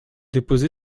déposé